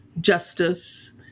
justice